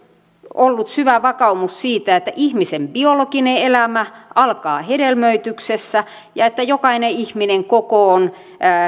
ollut syvä vakaumus siitä että ihmisen biologinen elämä alkaa hedelmöityksessä ja että jokainen ihminen kokoon